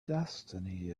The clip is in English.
destiny